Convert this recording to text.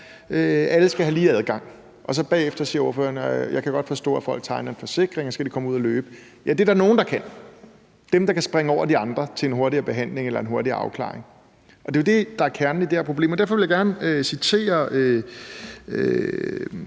alle skal have lige adgang, og bagefter siger ordføreren så: Jeg godt forstå, at folk tegner en forsikring, for så kan de komme ud at løbe. Ja, det er der nogle der kan, nemlig dem, der kan springe over de andre til en hurtigere behandling eller en hurtigere afklaring. Det er jo det, der er kernen i det her problem, og derfor vil jeg gerne citere